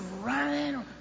running